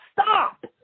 stop